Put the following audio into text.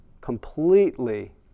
completely